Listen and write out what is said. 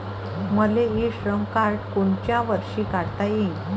मले e Shram card कोनच्या वर्षी काढता येईन?